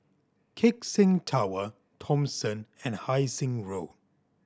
Keck Seng Tower Thomson and Hai Sing Road